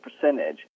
percentage